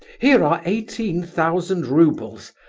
here are eighteen thousand roubles,